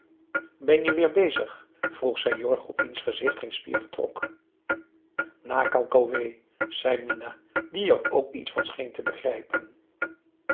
ben je weêr bezig vroeg zij jorg op wiens gezicht geen spier vertrok nakal kowé zei mina die er ook iets van scheen te begrijpen